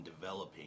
developing